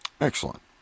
Excellent